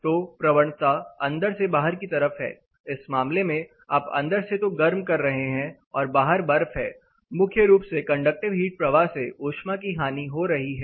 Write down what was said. तो प्रवणता अंदर से बाहर की तरफ है इस मामले में आप अंदर से तो गर्म कर रहे हैं और बाहर बर्फ है मुख्य रूप से कंडक्टिव प्रवाह से ऊष्मा की हानि हो रही है